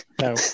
No